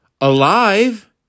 alive